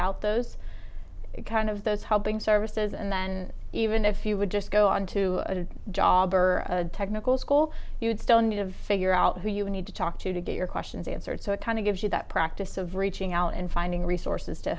out those kind of those helping services and then even if you would just go on to a job or a technical school you would still need of figure out who you need to talk to to get your questions answered so it kind of gives you that practice of reaching out and finding resources to